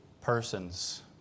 persons